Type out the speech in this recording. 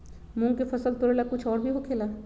मूंग के फसल तोरेला कुछ और भी होखेला?